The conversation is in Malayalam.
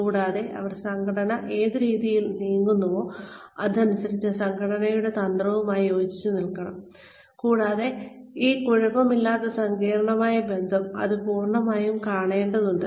കൂടാതെ അവർ സംഘടന ഏത് രീതിയിൽ നീങ്ങുന്നുവോ അതിനനുസരിച്ച് സംഘടനയുടെ തന്ത്രവുമായി യോജിച്ചുനിൽക്കണം കൂടാതെ ഈ കുഴപ്പമില്ലാത്ത സങ്കീർണ്ണമായ ബന്ധം അത് പൂർണ്ണമായും കാണേണ്ടതുണ്ട്